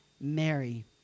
Mary